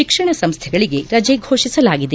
ಶಿಕ್ಷಣ ಸಂಸ್ಥೆಗಳಿಗೆ ರಜೆ ಘೋಷಿಸಲಾಗಿದೆ